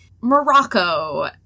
Morocco